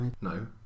No